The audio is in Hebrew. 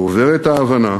גוברת ההבנה